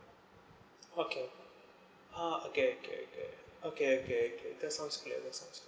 okay uh okay okay okay okay okay okay that sounds clear that sounds clear